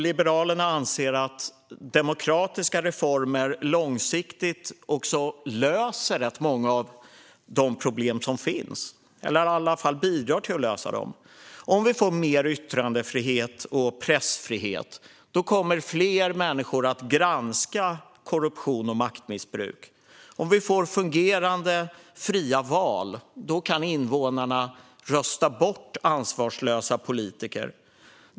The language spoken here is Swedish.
Liberalerna anser att demokratiska reformer långsiktigt löser - eller i alla fall bidrar till att lösa - rätt många av de problem som finns. Om vi får mer yttrandefrihet och pressfrihet kommer fler människor att granska korruption och maktmissbruk. Om vi får fungerande fria val kan invånarna rösta bort ansvarslösa politiker.